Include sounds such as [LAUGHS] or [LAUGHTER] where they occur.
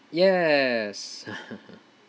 yes [LAUGHS]